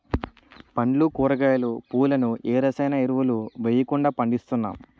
పండ్లు కూరగాయలు, పువ్వులను ఏ రసాయన ఎరువులు వెయ్యకుండా పండిస్తున్నాం